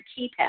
keypad